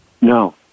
No